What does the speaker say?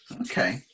Okay